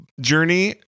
journey